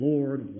Lord